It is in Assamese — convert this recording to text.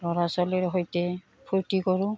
ল'ৰা ছোৱালীৰ সৈতে ফূৰ্তি কৰোঁ